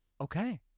Okay